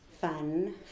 fun